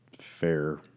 fair